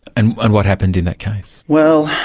and and what happened in that case? well,